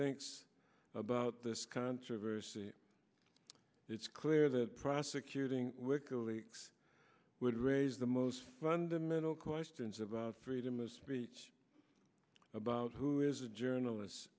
thinks about this controversy it's clear that prosecuting wiki leaks would raise the most fundamental questions about freedom of speech about who is a journalist